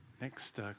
Next